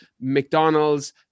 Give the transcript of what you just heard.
McDonald's